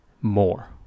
more